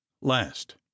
last